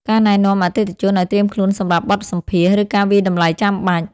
ការណែនាំអតិថិជនឱ្យត្រៀមខ្លួនសម្រាប់បទសម្ភាសន៍ ឬការវាយតម្លៃចាំបាច់។